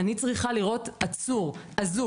אני צריכה לראות עצור אזוק,